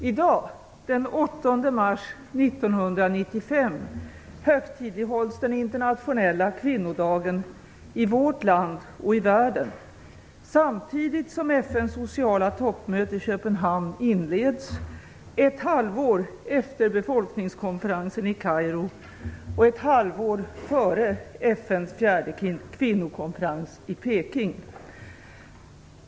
I dag, den 8 mars 1995, högtidlighålls den internationella kvinnodagen i vårt land och i världen - samtidigt som FN:s sociala toppmöte i Köpenhamn inleds, ett halvår efter befolkningskonferensen i Kairo och ett halvår före FN:s fjärde kvinnokonferens i Peking.